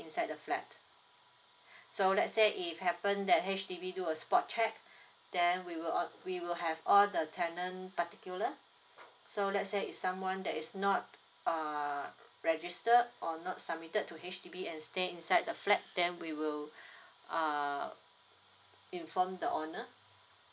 inside the flat so let's say if happen that H_D_B do a spot check then we will on we will have all the tenant particular so let's say if someone that is not err registered or not submitted to H_D_B and stay inside the flat then we will uh inform the owner